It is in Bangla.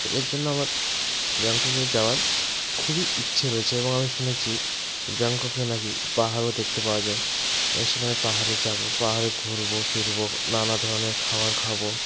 তো এর জন্য আমার ব্যাংককে যাওয়ার খুবই ইচ্ছে রয়েছে এবং আমি শুনেছি ব্যাংককে না কি পাহাড়ও দেকতে পাওয়া যায় এবং সেখানে পাহাড়ে যাবো পাহাড়ে ঘুরবো ফিরবো নানা ধরনের খাওয়ার খাবো